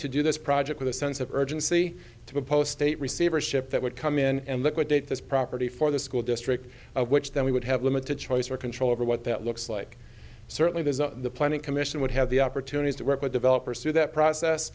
to do this project with a sense of urgency to oppose state receivership that would come in and liquidate this property for the school district which then we would have limited choice or control over what that looks like certainly there's the planning commission would have the opportunity to work with developers through that process